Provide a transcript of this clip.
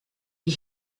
die